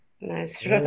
Nice